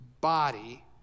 body